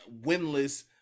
winless